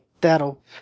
that'll